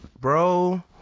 bro